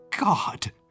God